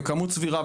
בכמות סבירה,